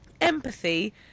empathy